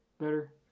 Better